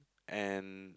and